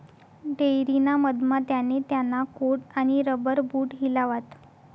dairy ना मधमा त्याने त्याना कोट आणि रबर बूट हिलावात